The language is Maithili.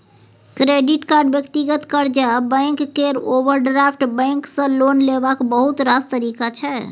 क्रेडिट कार्ड, व्यक्तिगत कर्जा, बैंक केर ओवरड्राफ्ट बैंक सँ लोन लेबाक बहुत रास तरीका छै